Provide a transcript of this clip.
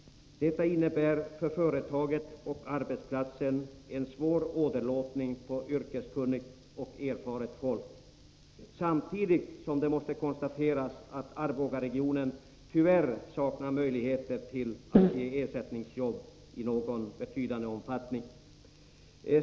Detta innebär en svår åderlåtning på yrkeskunnigt och erfaret folk för företaget och för arbetsplatsen. Samtidigt måste man konstatera att Arbogaregionen tyvärr saknar möjligheter till att ge ersättningsjobb i någon betydande omfattning.